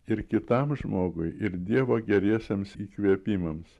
ir kitam žmogui ir dievo geriesiems įkvėpimams